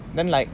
then like